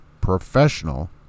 professional